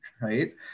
right